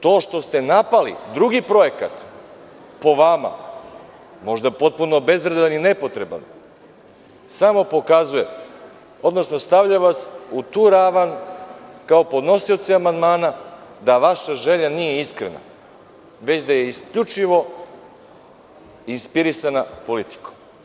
To što ste napali drugi projekat, po vama možda potpuno bezvredan i nepotreban, stavlja vas u tu ravan kao podnosioce amandmana da vaša želja nije iskrena, već da je isključivo inspirisana politikom.